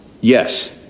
Yes